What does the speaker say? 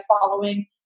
following